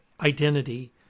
identity